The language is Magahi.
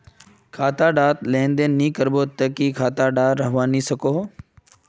खाता डात लेन देन नि करबो ते खाता दा की रहना सकोहो?